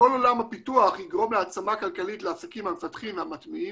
כל עולם הפיתוח יגרום להעצמה כלכלית לעסקים המפתחים והמטמיעים,